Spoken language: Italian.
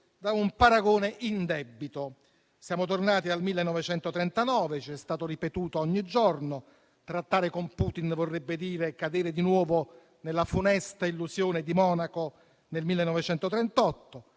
da un paragone indebito: siamo tornati al 1939, c'è stato ripetuto ogni giorno, trattare con Putin vorrebbe dire cadere di nuovo nella funesta illusione di Monaco del 1938.